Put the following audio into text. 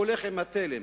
הוא הולך בתלם,